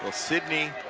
ah sidney